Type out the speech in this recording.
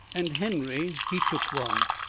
and henry, he took one.